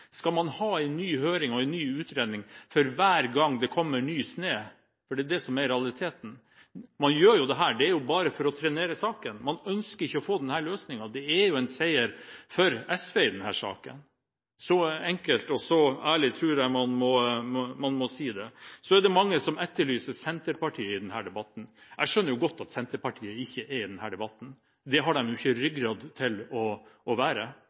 skal man ha? Man har hatt disse i 16 år. Skal man ha en ny høring og en ny utredning for hver gang det kommer ny snø? Det er det som er realiteten. Man gjør dette bare for å trenere saken. Man ønsker ikke å få denne løsningen. Det er en seier for SV i denne saken. Så enkelt og ærlig tror jeg man må si det. Det er mange som etterlyser Senterpartiet i denne debatten. Jeg skjønner godt at Senterpartiet ikke er her under denne debatten. Det har de ikke ryggrad til.